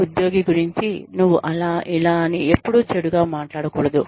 ఉద్యోగి గురుంచి నువ్వు అలా ఇలా అని ఎపుడూ చెడు గా మాట్లాడకూడదు